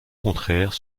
contraire